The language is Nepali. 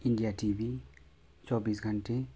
इन्डिया टिभी चौबिस घन्टे